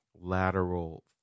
lateral